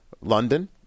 London